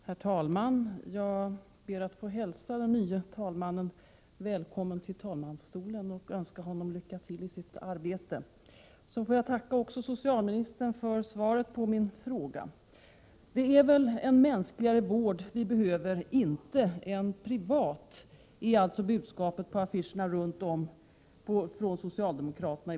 Herr talman! Jag ber att få hälsa den nye talmannen välkommen till talmansstolen och önska honom lycka till i arbetet. Så tackar jag socialministern för svaret på min fråga. Det är en mänskligare vård vi behöver, inte en privat. Detta är alltså budskapet på affischerna från socialdemokraterna.